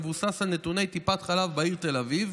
המבוסס על נתוני טיפת חלב בעיר תל אביב,